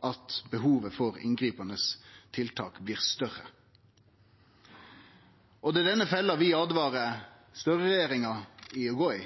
at behovet for inngripande tiltak blir større. Det er denne fella vi åtvarar Støre-regjeringa mot å gå i.